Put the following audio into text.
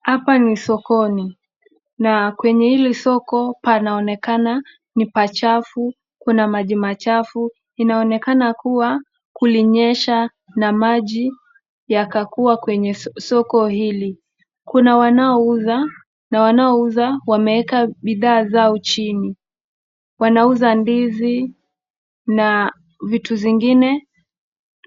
Hapa ni sokoni na kwenye hili soko panaonekana ni pachafu, kuna maji machafu. Inaonekana kuwa kulinyesha na maji yakakuwa kwenye soko hili. Kuna wanaouza na wanaouza wameweka bidhaa zao chini. Wanauza ndizi na vitu vingine